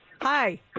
Hi